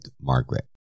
Margaret